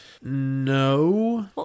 No